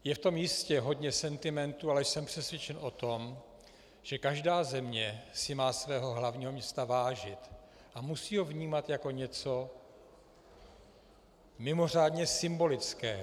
Je v tom jistě hodně sentimentu, ale jsem přesvědčen o tom, že každá země si má svého hlavního města vážit a musí ho vnímat jako něco mimořádně symbolického.